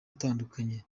atandukanye